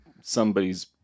somebody's